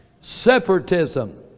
Separatism